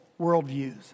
worldviews